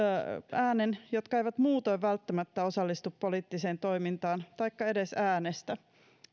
jotka eivät muutoin välttämättä osallistu poliittiseen toimintaan taikka edes äänestä